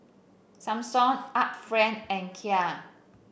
Samsung Art Friend and Kia